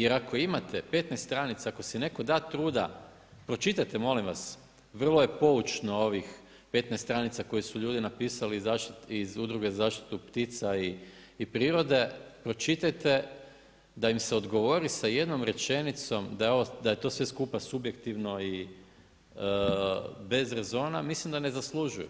Jer ako imate 15 stranica, ako se netko da truda, pročitajte molim vas, vrlo je poučno ovih 15 stranica koji su ljudi napisali iz Udruge za zaštitu ptica i prirode, pročitajte da im se odgovori sa jednom rečenicom, da je sve to skupa subjektivno i bez rezona, mislim da ne zaslužuju,